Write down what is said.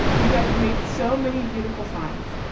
you guys have made so many beautiful signs,